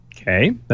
Okay